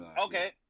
okay